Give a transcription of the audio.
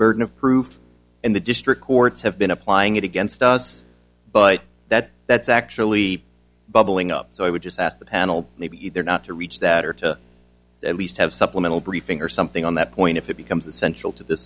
burden of proof and the district courts have been applying it against us but that that's actually bubbling up so i would just ask the panel maybe either not to reach that or to at least have supplemental briefing or something on that point if it becomes essential to th